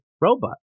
robot